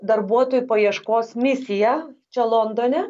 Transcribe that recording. darbuotojų paieškos misiją čia londone